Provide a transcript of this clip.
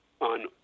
on